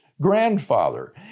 grandfather